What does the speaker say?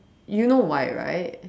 you know why right